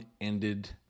ended